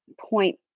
point